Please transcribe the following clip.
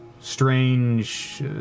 strange